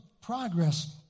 progress